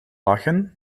lachen